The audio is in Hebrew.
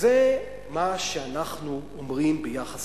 זה מה שאנחנו אומרים ביחס